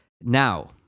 Now